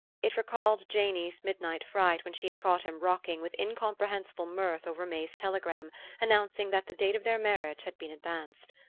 it recalled janey's midnight fright when she had caught him rocking with incomprehensible mirth over may's telegram announcing that the date of their marriage had been advanced.